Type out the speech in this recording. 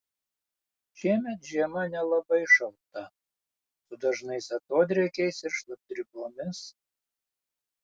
šiemet žiema nelabai šalta su dažnais atodrėkiais ir šlapdribomis